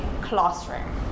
classroom